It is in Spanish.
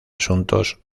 asuntos